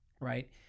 right